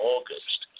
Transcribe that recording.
August